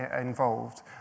involved